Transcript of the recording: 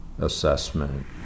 assessment